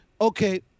okay